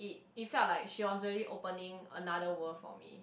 it felt like she was really opening another world for me